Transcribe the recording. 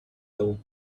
though